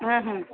ಹಾಂ ಹಾಂ